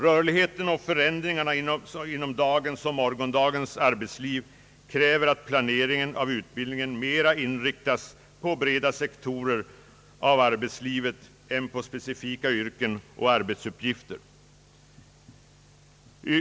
Rörligheten och förändringarna inom dagens och morgondagens arbetsliv kräver att planeringen av utbildningen mera inriktas på breda sektorer inom arbetslivet än på specifika yrken och arbetsuppgifter.